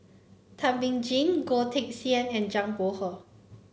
Thum Ping Tjin Goh Teck Sian and Zhang Bohe